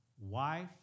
wife